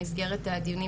במסגרת הדיונים